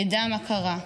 ידע מה קרה,